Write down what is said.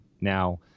now